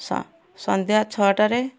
ସନ୍ଧ୍ୟା ଛଅଟାରେ